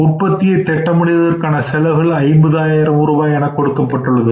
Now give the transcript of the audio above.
உற்பத்தியை திட்டமிடுவதற்கானசெலவுகள் 50000 ரூபாய் என கொடுக்கப்பட்டுள்ளது